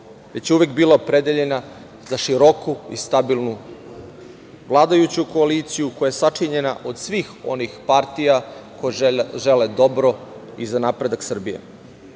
je uvek bila opredeljena za široku i stabilnu vladajuću koaliciju koja je sačinjena od svih onih partija koje žele dobro i za napredak Srbije.